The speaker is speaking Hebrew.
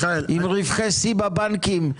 עם רווחי שיא בבנקים,